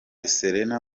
serena